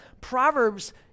Proverbs